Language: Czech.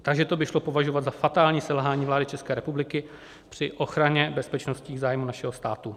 Takže to by šlo považovat za fatální selhání vlády České republiky při ochrany bezpečnostních zájmů našeho státu.